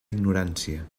ignorància